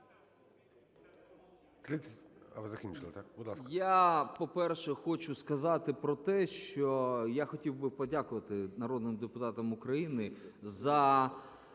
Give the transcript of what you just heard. Я, по-перше, хочу сказати про те, що я хотів би подякувати народним депутатам України за